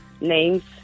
names